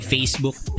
Facebook